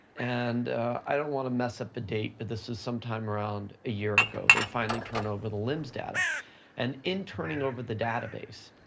and i don't wanna mess up the date, but this is sometime around a year ago, they finally turned over the lims data and in turning over the database,